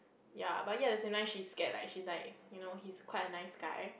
ya but yet the same time she's scared like she's like you know he's quite a nice guy